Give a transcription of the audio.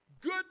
Good